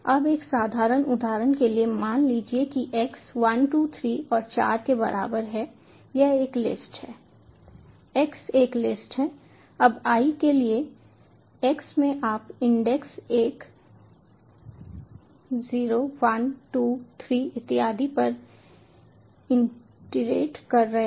अब एक साधारण उदाहरण के लिए मान लीजिए कि x 1 2 3 और 4 के बराबर है यह एक लिस्ट है x एक लिस्ट है अब i के लिए x में आप इंडेक्स एक 0 1 2 3 इत्यादि पर इटीरेट कर रहे हैं